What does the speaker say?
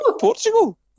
Portugal